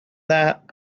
that